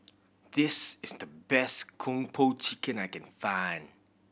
this is the best Kung Po Chicken I can find